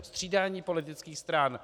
Střídání politických stran?